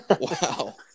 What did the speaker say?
Wow